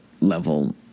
level